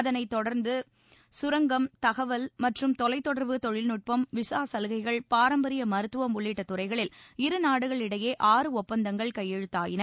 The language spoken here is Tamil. அதனைத் தொடர்ந்து சுரங்கம் தகவல் மற்றும் தொலைத் தொடர்பு தொழில் நுட்பம் விசா சலுகைகள் பாரம்பரிய மருத்துவம் உள்ளிட்ட துறைகளில் இரு நாடுகள் இடையே ஆறு ஒப்பந்தங்கள் கையெழுத்தாயின